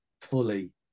fully